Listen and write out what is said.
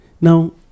Now